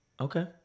Okay